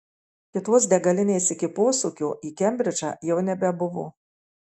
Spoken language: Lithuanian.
kitos degalinės iki posūkio į kembridžą jau nebebuvo